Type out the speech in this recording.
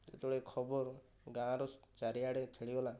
ସେତେବେଳେ ଖବର ଗାଁର ଚାରିଆଡ଼େ ଖେଳିଗଲା